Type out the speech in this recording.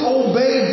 obey